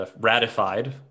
ratified